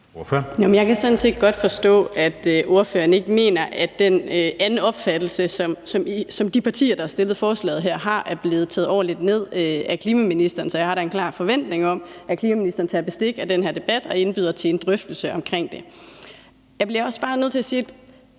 set godt forstå, at ordføreren ikke mener, at den anden opfattelse, som de partier, der har fremsat forslaget her, har, er blevet taget ordentligt ned af klimaministeren, så jeg har da en klar forventning om, at klimaministeren tager bestik af den her debat og indbyder til en drøftelse omkring det. Jeg bliver også bare nødt til at sige: